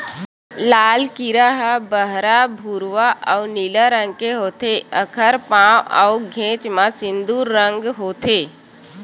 लाल कीरा ह बहरा भूरवा अउ नीला रंग के होथे, एखर पांव अउ घेंच म सिंदूर रंग होथे